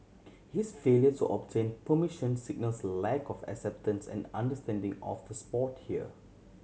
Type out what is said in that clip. his failures to obtain permission signals lack of acceptance and understanding of the sport here